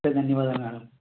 okay ధన్యవాదాలు madam